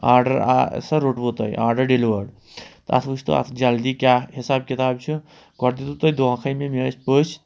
order سا روٚٹوٕ تۄہہِ آرڈَر ڈیلِوٲرڈ تہٕ تَتھ وُچھتو اَتھ جلدی کیٛاہ حِساب کِتاب چھِ گۄڈٕ دِتُو تُہۍ دۄنٛکھَے مےٚ مےٚ ٲسۍ پٔژھۍ